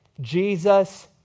Jesus